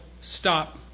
stop